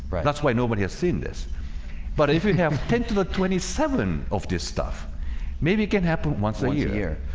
right? that's why nobody has seen this but if you have ten to the twenty seven of this stuff maybe it can happen once a year here.